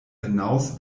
hinaus